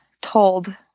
told